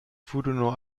furono